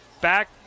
back